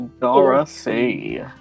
Dorothy